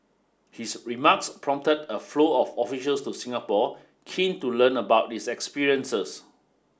his remarks prompted a flow of officials to Singapore keen to learn about its experiences